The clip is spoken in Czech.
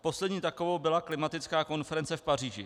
Poslední takovou byla klimatická konference v Paříži.